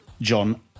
John